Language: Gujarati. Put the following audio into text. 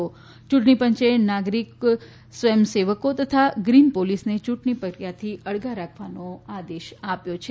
યૂંટણી પંચે નાગરીક સ્વયંસેવકો તથા ગ્રીન પોલીસને યૂંટણી પ્રક્રિયાથી અળગા રાખવાનો આદેશ આપ્યો છે